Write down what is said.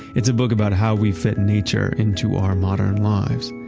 it's a book about how we fit nature into our modern lives.